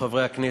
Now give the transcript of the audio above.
חברי הכנסת,